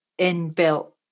inbuilt